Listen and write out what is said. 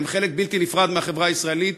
הם חלק בלתי נפרד מהחברה הישראלית,